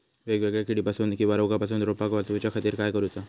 वेगवेगल्या किडीपासून किवा रोगापासून रोपाक वाचउच्या खातीर काय करूचा?